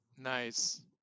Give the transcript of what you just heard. Nice